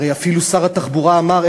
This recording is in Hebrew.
הרי אפילו שר התחבורה אמר,